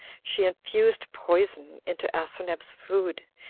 she infused poison into asineus's food,